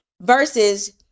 versus